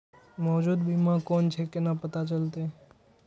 मौजूद बीमा कोन छे केना पता चलते?